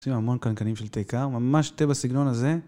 עושים המון קנקנים של תה קר, ממש תה בסגנון הזה.